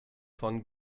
von